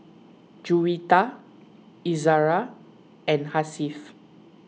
Juwita Izzara and Hasif